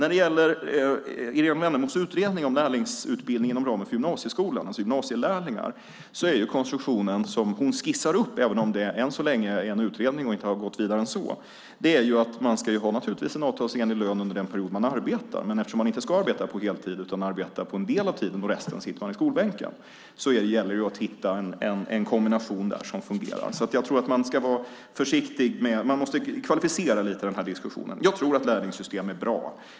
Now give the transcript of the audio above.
När det gäller Irene Wennemos utredning om lärlingsutbildningen inom ramen för gymnasieskolan är konstruktionen som hon skissar upp, även om det än så länge är en utredning och inte har gått längre än så, att man naturligtvis ska ha en avtalsenlig lön under den period man arbetar. Men eftersom man inte ska arbeta på heltid utan arbetar en del av tiden - resten sitter man i skolbänken - gäller det att hitta en kombination som fungerar. Jag tror att man måste kvalificera diskussionen. Jag tror att lärlingssystem är bra.